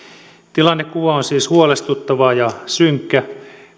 tilannekuva on siis huolestuttava ja synkkä